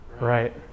Right